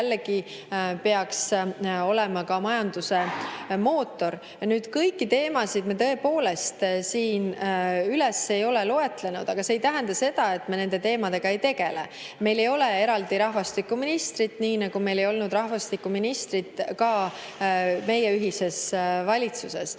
mis jällegi peaks olema majanduse mootor. Kõiki teemasid me tõepoolest siin ei ole loetlenud, aga see ei tähenda, et me nende teemadega ei tegele. Meil ei ole eraldi rahvastikuministrit, nii nagu ei olnud rahvastikuministrit ka meie ühises valitsuses,